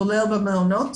כולל במעונות